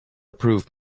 approve